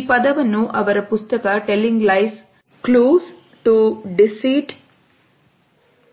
ಈ ಪದವನ್ನು ಅವರ ಪುಸ್ತಕ ಟೆಲ್ಲಿಂಗ್ ಲೈಸ್ ಕ್ಲೋಸೆಡ್ ಉಡಿಸಿದ